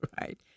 Right